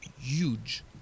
huge